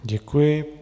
Děkuji.